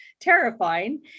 terrifying